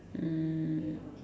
mm